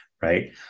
right